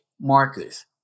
markers